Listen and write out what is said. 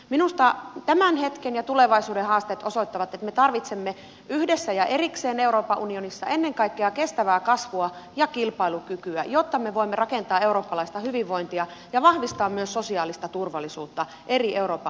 minusta tämän hetken ja tulevaisuuden haasteet osoittavat että me tarvitsemme yhdessä ja erikseen euroopan unionissa ennen kaikkea kestävää kasvua ja kilpailukykyä jotta me voimme rakentaa eurooppalaista hyvinvointia ja vahvistaa myös sosiaalista turvallisuutta eri euroopan unionin maissa